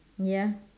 ya